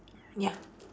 ya